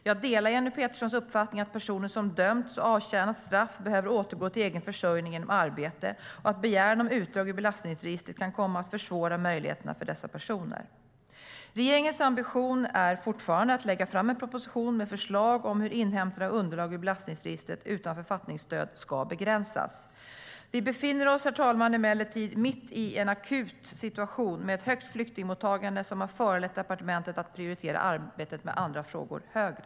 Jag delar Jenny Peterssons uppfattning att personer som dömts och avtjänat straff behöver återgå till egen försörjning genom arbete och att begäran om utdrag ur belastningsregistret kan komma att försvåra möjligheterna för dessa personer. Regeringens ambition är fortfarande att lägga fram en proposition med förslag om hur inhämtande av utdrag ur belastningsregistret utan författningsstöd ska begränsas. Vi befinner oss emellertid mitt i en akut situation med ett högt flyktingmottagande som har föranlett departementet att prioritera arbetet med andra frågor högre.